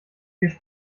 erst